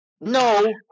No